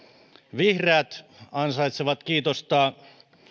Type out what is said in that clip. vihreät ansaitsevat kiitosta